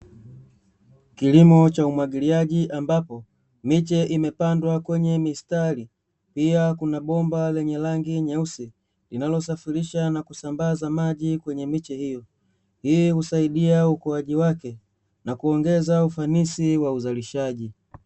Kilimo cha umwagiliaji ambapo miche imepandwa kwenye mistari, pia kuna bomba lenye rangi nyeusi linalosafirisha na kusambaza maji kwenye miche hiyo. Hii husaidia ukuaji wake na kuongeza ufanisi wa uzalishaji.